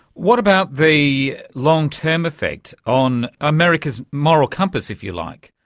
what about the long-term effect on america's moral compass, if you like?